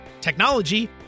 technology